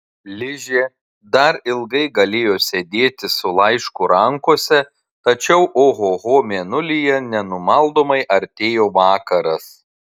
ližė dar ilgai galėjo sėdėti su laišku rankose tačiau ohoho mėnulyje nenumaldomai artėjo vakaras